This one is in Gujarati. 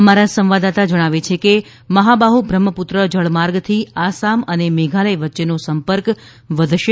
અમારા સંવદદાતા જણાવે છે કે મહાબાહ્ બ્રહ્મપુત્ર જળમાર્ગથી આસામ અને મેઘાલય વચ્ચેનો સંપર્ક વધશે